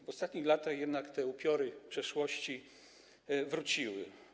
W ostatnich latach jednak te upiory przeszłości wróciły.